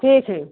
ठीक है